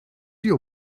your